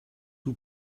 who